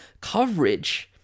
coverage